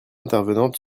intervenante